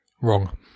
Wrong